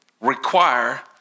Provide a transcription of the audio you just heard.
require